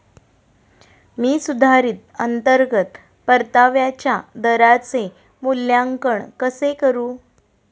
मी सुधारित अंतर्गत परताव्याच्या दराचे मूल्यांकन कसे करू?